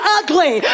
ugly